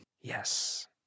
Yes